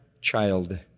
child